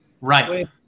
Right